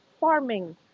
farming